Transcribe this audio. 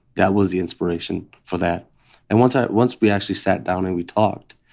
that was the inspiration for that and once once we actually sat down and we talked,